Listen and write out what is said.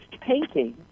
painting